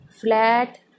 flat